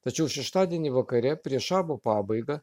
tačiau šeštadienį vakare prieš šabo pabaigą